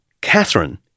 Catherine